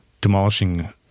demolishing